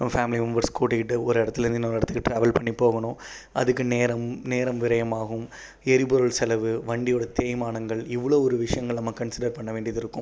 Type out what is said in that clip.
நம்ம family members கூட்டிக்கிட்டு ஒரு இடத்துல இருந்து இன்னோரு இடத்துக்கு ட்ராவல் பண்ணி போகணும் அதுக்கு நேரம் நேரம் விரயம் ஆகும் எரிபொருள் செலவு வண்டியோடய தேய்மானங்கள் இவ்வளோ ஒரு விஷயங்கள் நம்ம கன்சிடர் பண்ண வேண்டியது இருக்கும்